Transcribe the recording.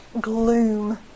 gloom